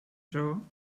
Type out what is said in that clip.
dro